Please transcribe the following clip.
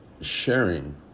sharing